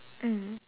mm